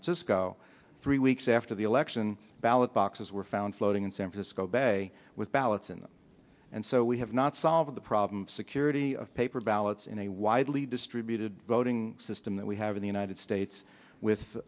francisco three weeks after the election ballot boxes were found floating in san francisco bay with ballots in and so we have not solved the problem security of paper ballots in a widely distributed voting system that we have in the united states with